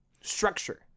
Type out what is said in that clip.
Structure